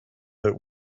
that